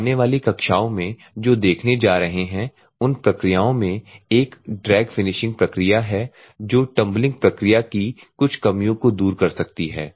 हम आने वाली कक्षाओं में जो देखने जा रहे हैं उन प्रक्रियाओं में एक ड्रैग फिनिशिंग प्रक्रिया है जो टम्बलिंग प्रक्रिया की कुछ कमियों को दूर कर सकती है